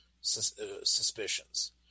suspicions